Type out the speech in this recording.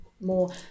more